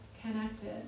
connected